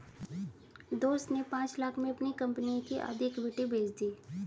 दोस्त ने पांच लाख़ में अपनी कंपनी की आधी इक्विटी बेंच दी